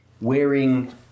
wearing